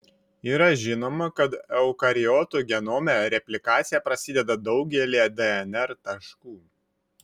yra žinoma kad eukariotų genome replikacija prasideda daugelyje dnr taškų